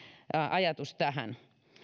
ajatus tähän